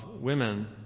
women